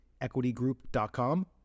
EquityGroup.com